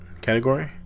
category